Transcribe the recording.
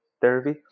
therapy